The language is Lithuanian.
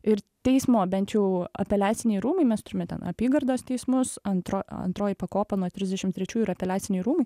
ir teismo bent jau apeliaciniai rūmai mes turime ten apygardos teismus antro antroji pakopa nuo trisdešim trečiųjų ir apeliaciniai rūmai